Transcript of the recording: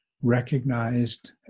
recognized